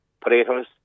Potatoes